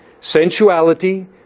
sensuality